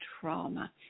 trauma